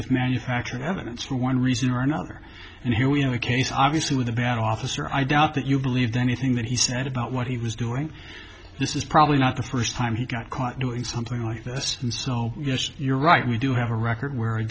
manufacture evidence for one reason or another and here we have a case obviously with a bad officer i doubt that you believed anything that he said about what he was doing this is probably not the first time he got caught doing something like this and so yes you're right we do have a record where